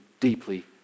deeply